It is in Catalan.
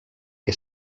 que